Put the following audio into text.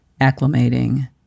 acclimating